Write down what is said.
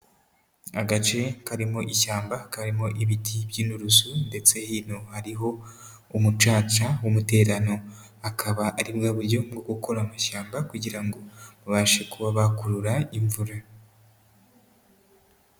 Agace karimo ishyamba, karimo ibiti by'inturusu ndetse hino hariho umucaca w'umuterano. Akaba ari bwa buryo bwo gukora amashyamba kugira ngo babashe kuba bakurura imvura.